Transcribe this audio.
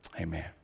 Amen